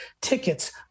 tickets